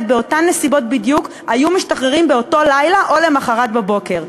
באותן נסיבות בדיוק היו משתחררים באותו לילה או למחרת בבוקר.